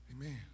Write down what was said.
amen